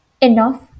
enough